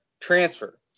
transfer